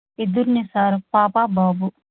ఇద్దరినీ సార్ పాప బాబు